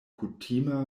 kutima